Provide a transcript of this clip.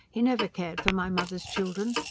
he never cared for my mother's children,